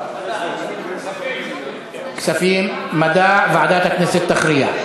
כספים, מדע, ועדת הכנסת תכריע.